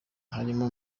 barimo